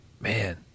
man